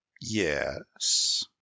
Yes